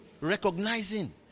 Recognizing